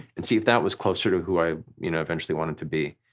and see if that was closer to who i you know eventually wanted to be.